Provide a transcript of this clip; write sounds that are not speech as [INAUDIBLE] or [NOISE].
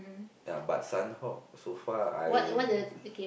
ah but Sanhok so far I [NOISE]